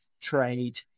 Trade